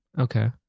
Okay